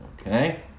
Okay